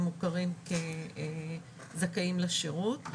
הם מוכרים כזכאים לשירות.